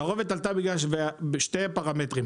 התערובת עלתה בגלל שני פרמטרים: